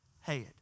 head